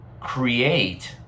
create